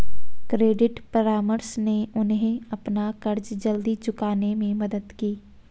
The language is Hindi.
क्रेडिट परामर्श ने उन्हें अपना कर्ज जल्दी चुकाने में मदद की